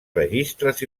registres